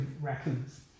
raccoons